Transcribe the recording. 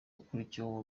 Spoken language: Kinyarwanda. wakurikiyeho